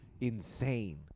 insane